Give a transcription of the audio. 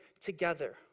together